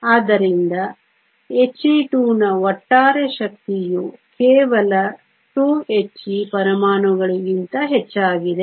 ಆದ್ದರಿಂದ He2 ನ ಒಟ್ಟಾರೆ ಶಕ್ತಿಯು ಕೇವಲ 2 He ಪರಮಾಣುಗಳಿಗಿಂತ ಹೆಚ್ಚಾಗಿದೆ